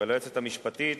וליועצת המשפטית,